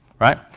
right